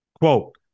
Quote